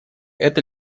это